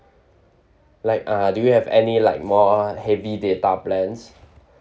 like uh do you have any like more heavy data plans